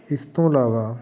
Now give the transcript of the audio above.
ਇਸ ਤੋਂ ਇਲਾਵਾ